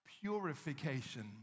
purification